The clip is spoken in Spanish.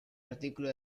artículo